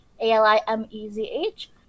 A-L-I-M-E-Z-H